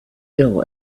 ill